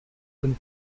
been